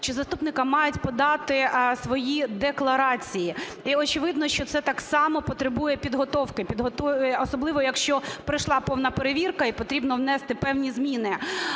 чи заступника мають подати свої декларації. І очевидно, що це так само потребує підготовки, особливо, якщо пройшла повна перевірка і потрібно внести певні зміни.